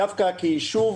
דווקא כישוב